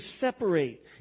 separate